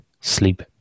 sleep